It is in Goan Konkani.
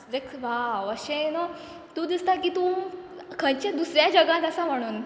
लायक वाआव अशें नू तूं दिसता की तूं खंयचें दुसऱ्या जगांत आसा म्हणून